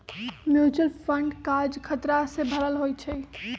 mutual fund काज़ खतरा से भरल होइ छइ